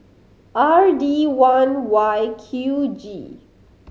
R D one Y Q G